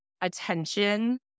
attention